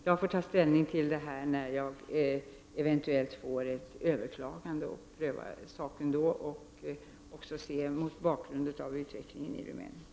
Jag får ta ställning till detta när det eventuellt kommer ett överklagande till mig. Då får jag pröva saken mot bakgrund av utvecklingen i Rumänien.